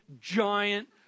giant